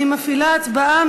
התשע"ד 2014,